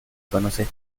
conoces